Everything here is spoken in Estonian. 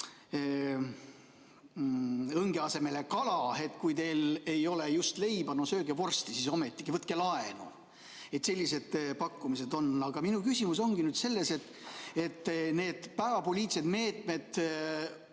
õnge asemel kala, et kui teil ei ole leiba, no sööge vorsti siis ometigi, võtke laenu! Et sellised pakkumised on. Aga minu küsimus ongi selles, et need päevapoliitilised meetmed